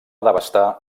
devastar